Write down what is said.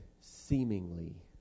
seemingly